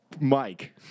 Mike